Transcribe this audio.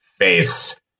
face